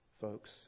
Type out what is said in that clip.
folks